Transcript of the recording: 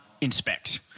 inspect